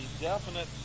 definite